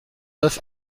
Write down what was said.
neuf